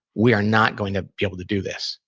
we are not going to be able to do this.